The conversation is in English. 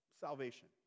salvation